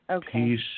Peace